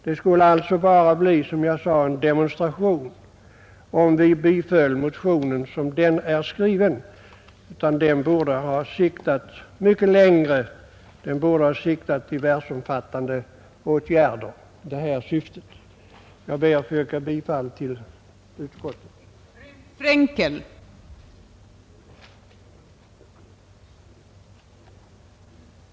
Det skulle alltså bara bli, som jag sade, en demonstration om vi biföll motionen som den är skriven. Den borde ha siktat mycket längre. Den borde ha siktat till världsomfattande åtgärder i detta syfte. Jag ber att få yrka bifall till utskottets hemställan.